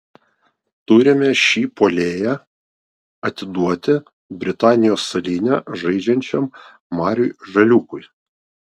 turime šį puolėją atiduoti britanijos salyne žaidžiančiam mariui žaliūkui